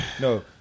no